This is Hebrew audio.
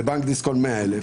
ובבנק דיסקונט 100,000,